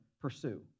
pursue